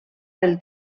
del